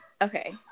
Okay